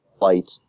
light